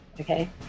okay